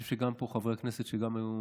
אני חושב שגם פה חברי כנסת גם היו